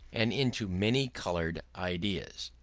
and into many-coloured ideas.